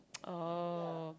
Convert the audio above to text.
oh